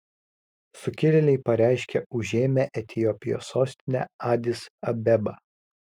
sukilėliai pareiškė užėmę etiopijos sostinę adis abebą